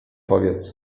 powiedz